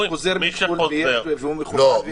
מי שחוזר מחו"ל והוא מחוסן --- לא,